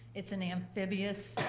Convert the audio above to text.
it's an amphibious,